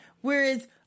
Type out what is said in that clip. whereas